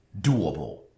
doable